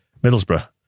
Middlesbrough